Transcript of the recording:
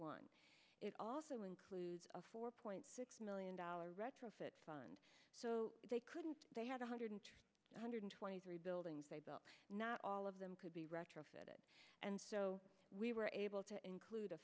one it also includes a four point six million dollars retrofit fund so they could they had one hundred two hundred twenty three buildings not all of them could be retrofitted and so we were able to include a